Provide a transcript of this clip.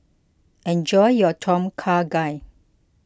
enjoy your Tom Kha Gai